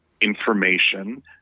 information